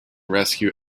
rescue